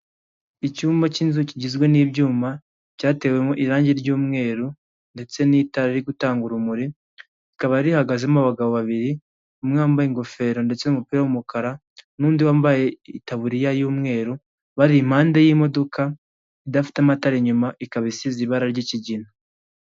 Icyumba cy'inzu kigizwe n'ibyuma, cyatewemo irangi ry'umweru ndetse n'itara riri gutanga urumuri, rikaba rihagazemo abagabo babiri, umwe wambaye ingofero ndetse n'umupira w'umukara, n'undi wambaye itaburiya y'umweru, bari impande y'imodoka idafite amatara inyuma, ikaba isize ibara ry'ikigina.